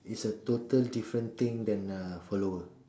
is a total different thing than a follower